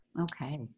Okay